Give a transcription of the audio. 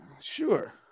Sure